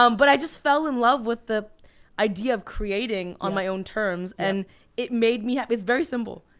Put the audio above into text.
um but i just fell in love with the idea of creating on my own terms. and it made me, it was very symbol,